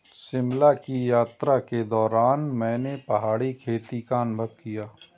शिमला की यात्रा के दौरान मैंने पहाड़ी खेती का अनुभव किया